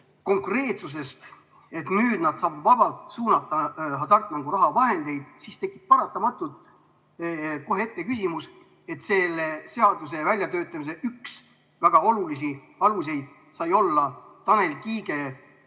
konkreetsusest, et nüüd nad saavad vabalt suunata hasartmänguraha vahendeid, siis tekib paratamatult kohe küsimus, et selle seaduse väljatöötamise väga oluliseks aluseks said olla Tanel Kiige